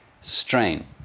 strain